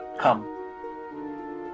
come